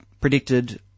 predicted